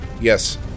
Yes